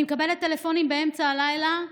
אני מקבלת טלפונים באמצע הלילה.